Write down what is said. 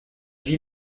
vit